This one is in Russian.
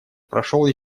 прошел